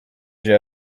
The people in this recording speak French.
j’ai